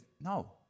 no